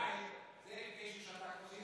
אולי זה מפני שהוא שתה כוסית?